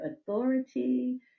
authority